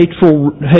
hateful